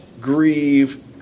grieve